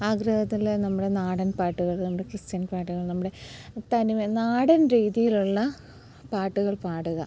ആഗ്രഹത്തിൽ നമ്മുടെ നാടൻ പാട്ടുകൾ ഉണ്ട് ക്രിസ്ത്യൻ പാട്ടുകളുണ്ട് തനിമ നാടൻ രീതിയിലുള്ള പാട്ടുകൾ പാടുക